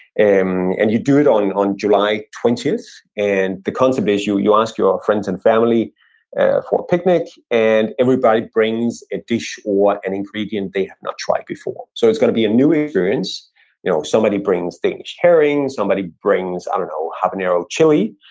and and you do it on on july twentieth. and the concept is you you ask your friends and family for a picnic, and everybody brings a dish or an ingredient they have not tried before. so it's going to be a new experience you know somebody brings danish herring, somebody brings, i don't know, habanero chili,